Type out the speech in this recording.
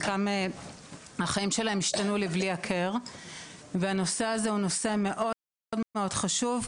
חלקם החיים שלהם השתנו לבלי הכר והנושא הזה הוא נושא מאוד מאוד חשוב,